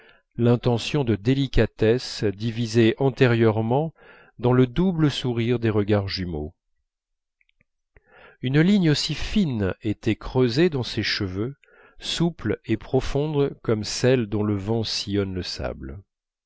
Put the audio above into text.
l'intention de délicatesse divisée antérieurement dans le double sourire des regards jumeaux une ligne aussi fine était creusée dans ses cheveux souple et profonde comme celle dont le vent sillonne le sable